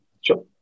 Sure